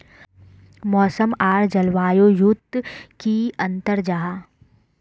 मौसम आर जलवायु युत की अंतर जाहा?